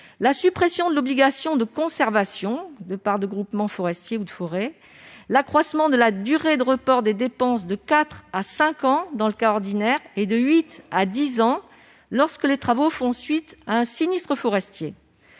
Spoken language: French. de supprimer l'obligation de conservation des parts de groupement forestier ou de forêt ; d'augmenter la durée de report des dépenses de quatre à cinq ans dans le cas ordinaire, et de huit à dix ans lorsque les travaux font suite à un sinistre forestier